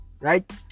right